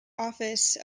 office